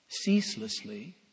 ceaselessly